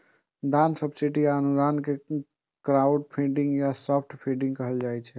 दान, सब्सिडी आ अनुदान कें क्राउडफंडिंग या सॉफ्ट फंडिग कहल जाइ छै